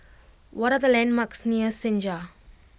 what are the landmarks near Senja